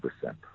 percent